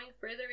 further